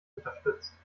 unterstützt